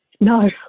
No